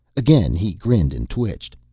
again he grinned and twitched.